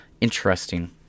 interesting